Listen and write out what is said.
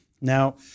Now